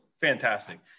fantastic